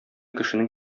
кешенең